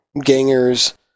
gangers